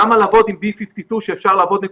למה לעבוד עם 52- Bכשאפשר לעבוד נקודתית?